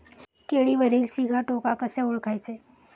केळीवरील सिगाटोका कसे ओळखायचे?